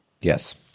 yes